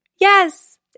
Yes